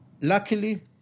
luckily